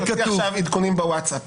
תיתן עדכונים בוואטס-אפ.